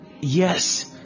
yes